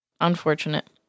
Unfortunate